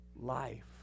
life